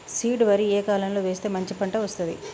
Seed వరి ఏ కాలం లో వేస్తే మంచి పంట వస్తది?